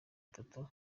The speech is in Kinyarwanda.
atatu